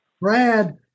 Brad